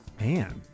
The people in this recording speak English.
Man